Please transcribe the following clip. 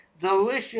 delicious